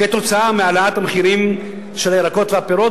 מהעלאת המחירים של הירקות והפירות.